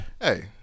Hey